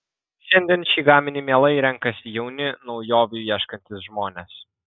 šiandien šį gaminį mielai renkasi jauni naujovių ieškantys žmonės